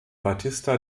batista